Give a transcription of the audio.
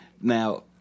Now